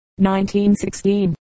1916